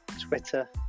Twitter